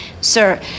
Sir